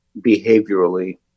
behaviorally